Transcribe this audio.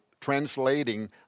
translating